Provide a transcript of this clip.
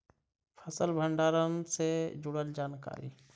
फसल भंडारन से जुड़ल जानकारी?